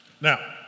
Now